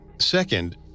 Second